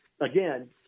again